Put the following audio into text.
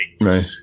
Right